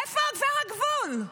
איפה עובר הגבול?